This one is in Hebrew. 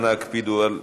אנא הקפידו על הזמנים.